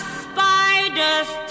spider's